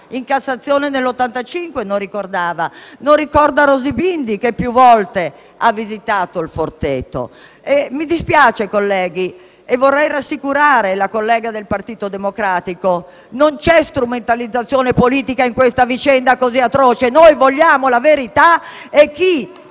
in Cassazione nel 1985 non ricordava e non ricorda Rosy Bindi, che più volte ha visitato «Il Forteto». Mi dispiace colleghi - e vorrei rassicurare la collega del Partito Democratico - ma non c'è strumentalizzazione politica in questa vicenda così atroce: noi vogliamo la verità e che